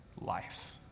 life